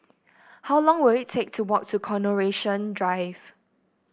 how long will it take to walk to Coronation Drive